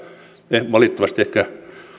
niitä valitettavasti ehkä